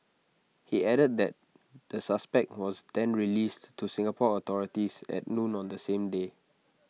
he added that the suspect was then released to Singapore authorities at noon on the same day